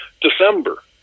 December